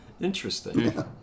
Interesting